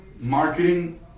marketing